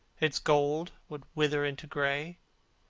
its gold would wither into grey.